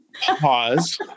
pause